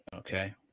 Okay